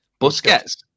Busquets